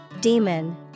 Demon